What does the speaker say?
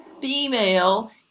female